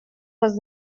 was